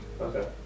Okay